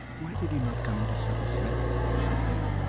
why did you not come in to supper, smith? she said.